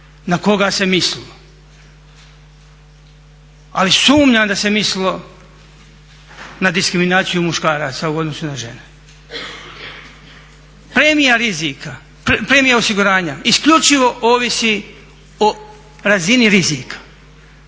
na koga se mislilo. Ali sumnjam da se mislilo na diskriminaciju muškaraca u odnosu na žene. Premija osiguranja isključivo ovisi o razini rizika.